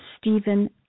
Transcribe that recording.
Stephen